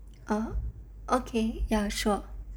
ah okay ya sure